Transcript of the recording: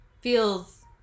feels